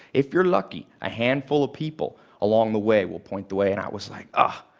if you're lucky, a handful of people along the way will point the way. and i was like, ah